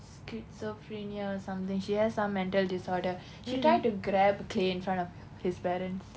schizophrenia or something she has some mental disorder she tried to grab clay in front of his parents